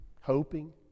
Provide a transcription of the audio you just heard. hoping